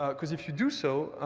ah because if you do so,